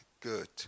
good